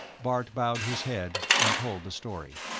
bart bowed his head and told the story.